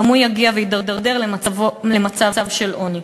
גם הוא יגיע ויידרדר למצב של עוני.